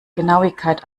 genauigkeit